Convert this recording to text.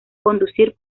conducir